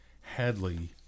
Hadley